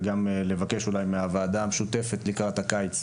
ולבקש מהוועדה המשותפת לקראת הקיץ.